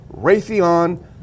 Raytheon